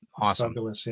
Awesome